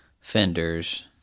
fenders